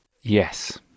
Yes